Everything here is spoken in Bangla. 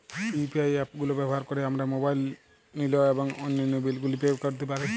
ইউ.পি.আই অ্যাপ গুলো ব্যবহার করে আমরা মোবাইল নিল এবং অন্যান্য বিল গুলি পে করতে পারি